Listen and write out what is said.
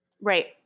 Right